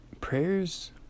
prayers